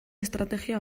estrategia